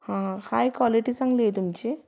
हां आहे क्वालिटी चांगली आहे तुमची